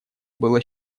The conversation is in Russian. было